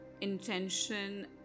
intention